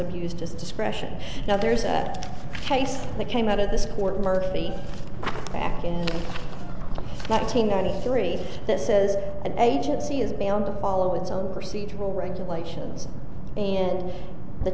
abused his discretion now there's a case that came out of this court murphy back in nineteen ninety three that says an agency is beyond to follow its own procedural regulations and the